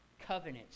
covenant